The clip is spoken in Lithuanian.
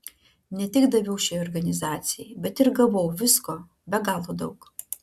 ne tik daviau šiai organizacijai bet ir gavau visko be galo daug